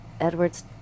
Edwards